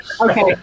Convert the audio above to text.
Okay